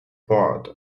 boards